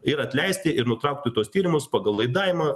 ir atleisti ir nutraukti tuos tyrimus pagal laidavimą